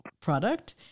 product